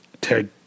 tag